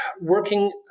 working